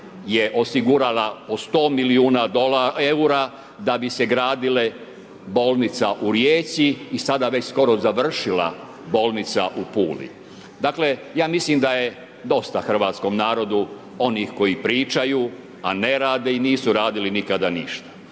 je osigurala od 100 milijuna eura da bi se gradile bolnica u Rijeci i sada već skoro završila bolnica u Puli. Dakle ja mislim da je dosta hrvatskom narodu onih koji pričaju, a ne rade i nisu radili nikada ništa.